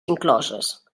incloses